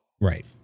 Right